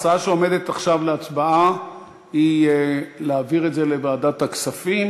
ההצעה שעומדת עכשיו להצבעה היא להעביר את זה לוועדת הכספים.